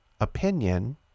opinion